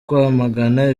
kwamagana